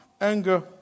anger